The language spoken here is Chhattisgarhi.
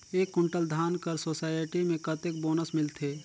एक कुंटल धान कर सोसायटी मे कतेक बोनस मिलथे?